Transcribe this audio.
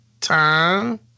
time